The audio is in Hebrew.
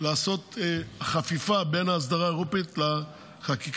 לעשות חפיפה בין האסדרה האירופית לחקיקה